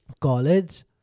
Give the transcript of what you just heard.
college